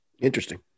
interesting